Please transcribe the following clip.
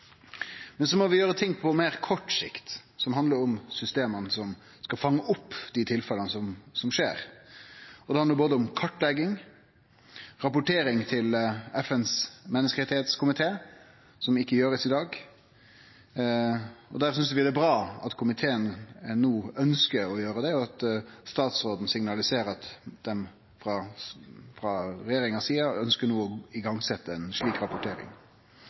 Men så må vi gjere ting på meir kort sikt, som handlar om systema som skal fange opp dei tilfella som er. Det handlar om kartlegging, rapportering til FNs menneskerettskomité, som ikkje blir gjort i dag – og vi synest det er bra at komiteen no ønskjer å gjere det, og at statsråden signaliserer at regjeringa no ønskjer å setje i gang med ei slik rapportering